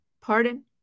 pardon